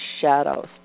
shadows